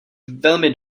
velmi